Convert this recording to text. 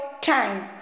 time